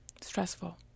stressful